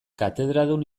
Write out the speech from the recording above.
katedradun